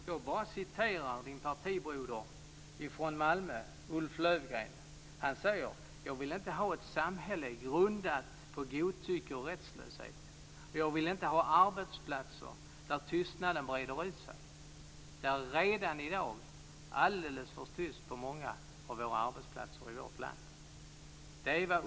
Fru talman! Jag citerar Barbro Johanssons partibroder från Malmö, Ulf Löfgren. Han säger: Jag vill inte ha ett samhälle grundat på godtycke och rättslöshet, och jag vill inte ha arbetsplatser där tystnaden breder ut sig. Det är redan i dag alldeles för tyst på många av våra arbetsplatser i vårt land.